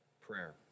prayer